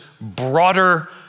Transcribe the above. broader